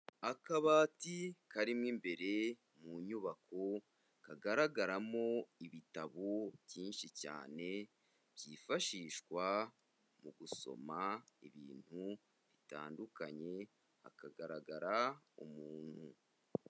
Akabati karimo imbere mu nyubako kagaragaramo ibitabo byinshi cyane byifashishwa mu gusoma ibintu bitandukanye, hakagaragara umuntu.